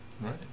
Right